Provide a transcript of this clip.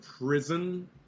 prison